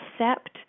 accept